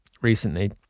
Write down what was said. recently